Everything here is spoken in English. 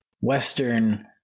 Western